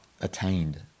attained